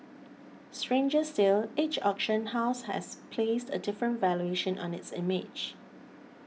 stranger still each auction house has placed a different valuation on its image